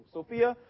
Sophia